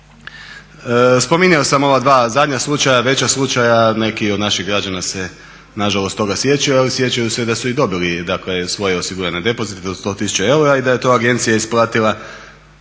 Spominjao sam ova dva zadnja slučaja, veća slučaja, neki od naših građana se nažalost toga sjećaju, ali sjećaju se da su i dobili dakle svoje osigurane depozite …/Govornik se ne razumije./… 100 tisuća eura i da je to agencija isplatila